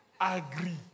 agree